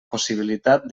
possibilitat